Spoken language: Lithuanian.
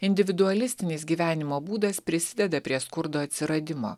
individualistinis gyvenimo būdas prisideda prie skurdo atsiradimo